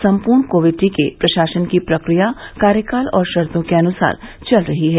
संपूर्ण कोविद टीके के प्रशासन की प्रक्रिया कार्यकाल और शर्तों के अनुसार चल रही है